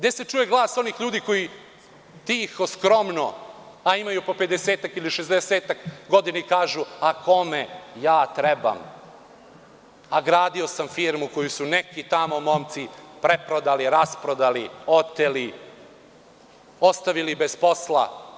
Gde se čuje glas onih ljudi koji tiho, skromno, a imaju po 50-ak ili 60-ak godina i kažu – a kome ja trebam, a gradio sam firmu koju su neki tamo momci preprodali, rasprodali, oteli, ostavili bez posla.